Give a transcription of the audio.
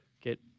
get